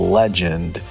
legend